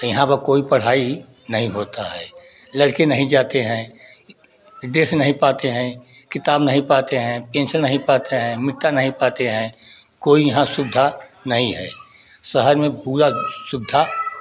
यहाँ पर कोई पढ़ाई नहीं होता है लड़के नहीं जाते हैं ड्रेस नहीं पाते हैँ किताब नहीं पाते हैं पेन्सल नहीं पाते हैं मिट्टन नहीं पाते हैँ कोई यहाँ यहाँ सुविधा नहीं है शहर में पूरा सुविधा